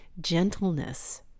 gentleness